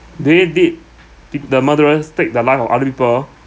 they did the the murderers take the life of other people